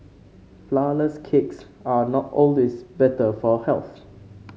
flourless cakes are not always better for health